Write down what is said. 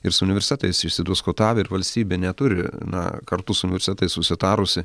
ir su universitetais išsidiskutavę ir valstybė neturi na kartu su universitetais susitarusi